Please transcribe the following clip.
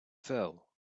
fell